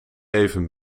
even